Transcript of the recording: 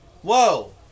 Whoa